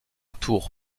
tour